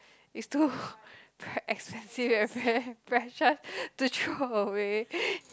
it's too expensive precious to throw away